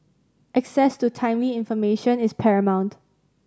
access to timely information is paramount